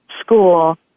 school